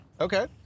Okay